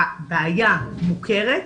הבעיה מוכרת,